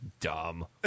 Dumb